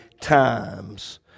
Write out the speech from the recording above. times